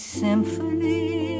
symphony